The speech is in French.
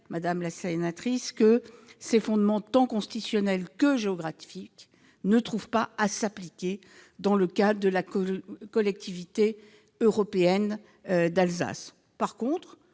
conviendrez que ces fondements, tant constitutionnels que géographiques, ne trouvent pas à s'appliquer dans le cas de la Collectivité européenne d'Alsace.